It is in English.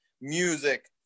music